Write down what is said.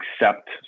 accept